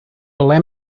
ble